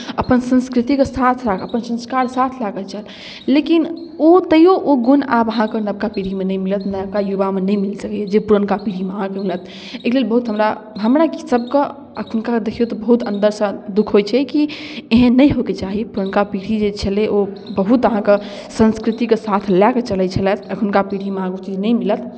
अपन संस्कृतिके साथ राख अपन संस्कार साथ लए कऽ चल लेकिन ओ तैओ ओ गुण आब अहाँकेँ नवका पीढ़ीमे नहि मिलत नवका युवामे नहि मिल सकैए जे पुरनका पीढ़ीमे अहाँकेँ मिलत एहिके लेल बहुत हमरा हमरा की सभकेँ एखुनका तऽ देखिऔ तऽ बहुत अन्दरसँ दुःख होइत छै कि एहन नहि होयके चाही पुरनका पीढ़ी जे छलय ओ बहुत अहाँके संस्कृतिकेँ साथ लए कऽ चलैत छलथि एखुनका पीढ़ीमे अहाँकेँ ओ चीज नहि मिलत